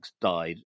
died